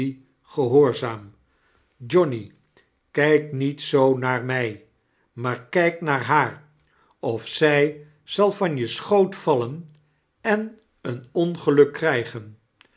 johnny kijk niet zoo naar mij maar kijk naar haar of zij zal chables dickens van je schoot vallen en een ongeluk krijgen